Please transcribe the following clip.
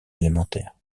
élémentaires